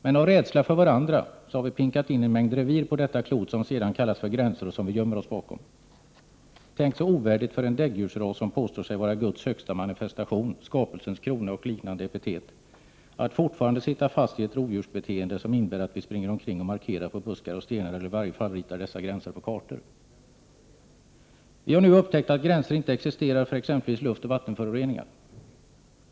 Men av rädsla för varandra har vi ”pinkat” in en mängd revir på detta klot, som vi sedan kallar för gränser och som vi gömmer oss bakom. Tänk så ovärdigt för en däggdjursras som påstår sig vara Guds högsta manifestation, skapelsens krona och liknande epitet, att fortfarande sitta fast i ett rovdjursbeteende, som innebär att vi springer omkring och markerar på buskar och stenar, eller i varje fall ritar in dessa gränser på kartorna! Vi har nu upptäckt att gränser inte existerar för t.ex. luftoch vattenföroreningar.